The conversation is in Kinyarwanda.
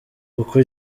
kuko